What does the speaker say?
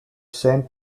saint